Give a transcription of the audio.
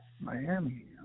Miami